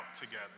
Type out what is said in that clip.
together